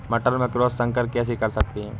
मटर में क्रॉस संकर कैसे कर सकते हैं?